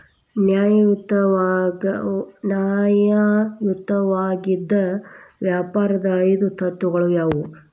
ನ್ಯಾಯಯುತವಾಗಿದ್ ವ್ಯಾಪಾರದ್ ಐದು ತತ್ವಗಳು ಯಾವ್ಯಾವು?